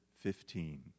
fifteen